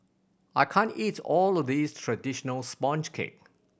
I can't eat all of this traditional sponge cake